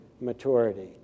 maturity